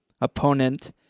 opponent